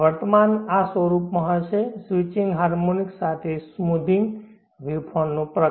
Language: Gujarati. વર્તમાન આ સ્વરૂપમાં હશે સ્વિચિંગ હાર્મોનિક્સ સાથે સ્મૂથિંગ વેવફોર્મ નો પ્રકાર